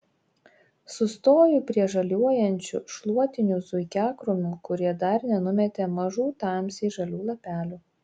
sustoju prie žaliuojančių šluotinių zuikiakrūmių kurie dar nenumetė mažų tamsiai žalių lapelių